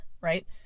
Right